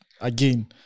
again